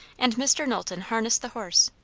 and mr. knowlton harnessed the horse,